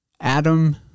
Adam